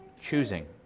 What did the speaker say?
choosing